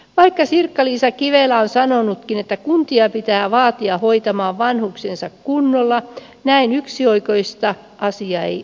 vaikka sirkka liisa kivelä on sanonutkin että kuntia pitää vaatia hoitamaan vanhuksensa kunnolla näin yksioikoinen asia ei ole